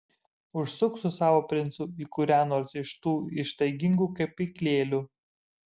užsuk su savo princu į kurią nors iš tų ištaigingų kepyklėlių